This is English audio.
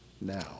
now